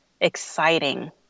exciting